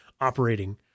operating